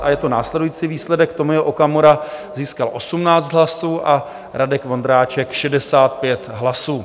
A je to následující výsledek: Tomio Okamura získal 18 hlasů a Radek Vondráček 65 hlasů.